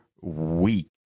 week